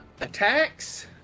Attacks